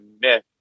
myth